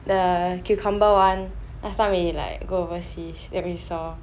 the cucumber one last time we like go overseas that we saw